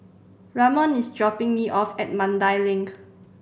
Ramon is dropping me off at Mandai Link